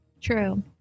True